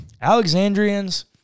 Alexandrians